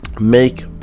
make